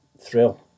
thrill